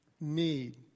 need